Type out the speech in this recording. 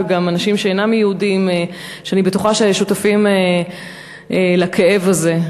ואני בטוחה שגם אנשים שאינם יהודים שותפים לכאב הזה.